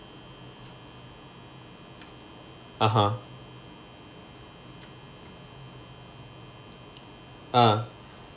(uh huh) uh